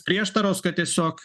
prieštaros kad tiesiog